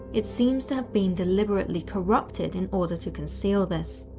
it seems to have been deliberately corrupted in order to conceal this.